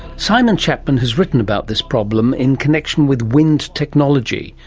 simon chapman has written about this problem in connection with wind technology,